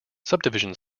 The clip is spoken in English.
subdivision